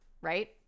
right